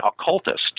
occultist